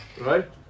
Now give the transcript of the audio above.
right